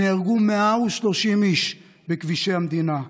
נהרגו 130 איש בכבישי המדינה,